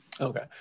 Okay